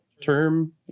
term